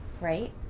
right